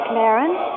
Clarence